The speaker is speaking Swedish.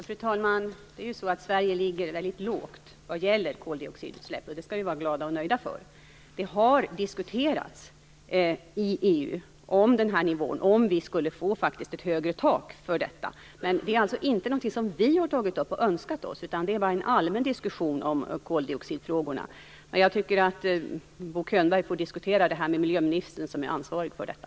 Fru talman! Sverige ligger ju väldigt lågt när det gäller koldioxidutsläpp, och det skall vi vara glada och nöjda med. Det har diskuterats i EU om vi skulle få ett högre tak för detta, men det är inget som vi har tagit upp och önskat oss, utan det har handlat om en allmän diskussion om koldioxidfrågorna. Jag tycker att Bo Könberg får diskutera det här med miljöministern som är ansvarig för detta.